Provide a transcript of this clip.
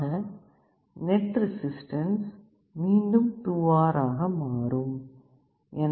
ஆக net resistance மீண்டும் 2 R ஆக மாறும்